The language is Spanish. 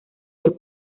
del